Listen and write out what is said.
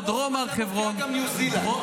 בקו הרוחב הזה מופיעה גם ניו זילנד.